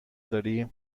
داری